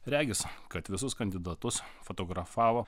regis kad visus kandidatus fotografavo